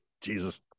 Jesus